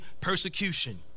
persecution